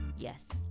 yes,